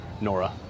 Nora